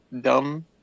dumb